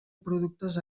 productes